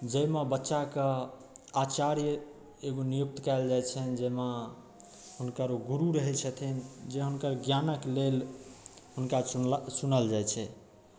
जाहिमे बच्चाके आचार्य एगो नियुक्त कयल जाइ छनि जाहिमे हुनकर गुरु रहै छथिन जे हुनकर ज्ञानके लेल हुनका चुनल चुनल जाइ छै